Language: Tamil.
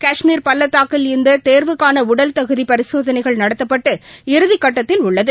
காஷ்மீர் பள்ளத்தாக்கில் இந்ததேர்வுக்கானஉடல் தகுதிபரிசோதனைகள் நடத்தப்பட்டு இறுதிக்கட்டத்தில் உள்ளது